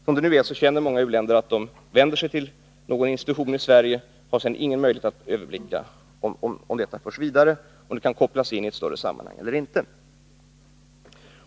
Som det nu är vänder sig många u-länder till någon institution i Sverige och har sedan inte någon möjlighet att överblicka om deras sak kan föras vidare och om den kan kopplas in i ett större sammanhang eller inte.